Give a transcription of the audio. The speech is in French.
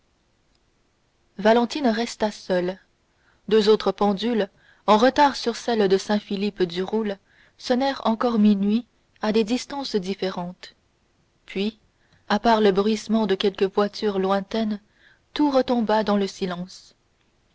valentine resta seule deux autres pendules en retard sur celle de saint philippe du roule sonnèrent encore minuit à des distances différentes puis à part le bruissement de quelques voitures lointaines tout retomba dans le silence